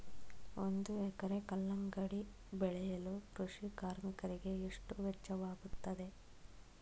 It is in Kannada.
ಒಂದು ಎಕರೆ ಕಲ್ಲಂಗಡಿ ಬೆಳೆಯಲು ಕೃಷಿ ಕಾರ್ಮಿಕರಿಗೆ ಎಷ್ಟು ವೆಚ್ಚವಾಗುತ್ತದೆ?